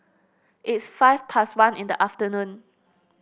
its five past one in the afternoon